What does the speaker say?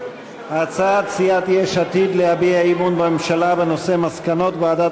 הצעת סיעת יש עתיד להביע אי-אמון בממשלה בנושא: מסקנות ועדת